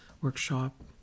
workshop